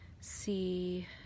see